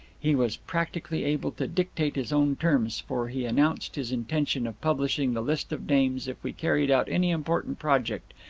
he was practically able to dictate his own terms, for he announced his intention of publishing the list of names if we carried out any important project,